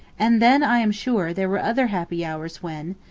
and then, i am sure, there were other happy hours when,